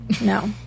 No